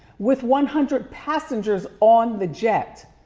with one hundred passengers on the jet.